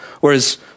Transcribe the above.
Whereas